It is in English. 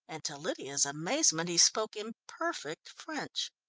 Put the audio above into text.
and to lydia's amazement he spoke in perfect french,